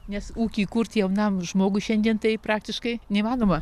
nes ūkį įkurt jaunam žmogui šiandien tai praktiškai neįmanoma